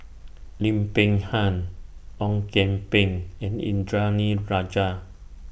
Lim Peng Han Ong Kian Peng and Indranee Rajah